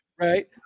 Right